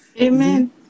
Amen